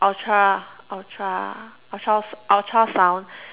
Ultra ultra Ultra s~ Ultrasound